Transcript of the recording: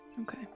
Okay